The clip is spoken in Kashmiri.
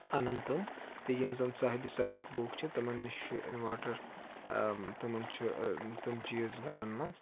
اَنان تِم تہٕ یِم زَن صاحبِ ثروت لوٗکھ چھِ تِمَن نِش چھِ اِنوٲرٹَر تِمَن چھِ تِم چیٖز گھرَن منٛز